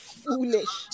foolish